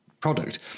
product